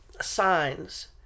signs